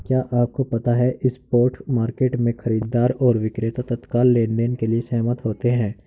क्या आपको पता है स्पॉट मार्केट में, खरीदार और विक्रेता तत्काल लेनदेन के लिए सहमत होते हैं?